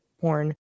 porn